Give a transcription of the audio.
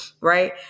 Right